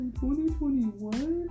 2021